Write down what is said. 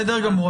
בסדר גמור.